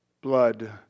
blood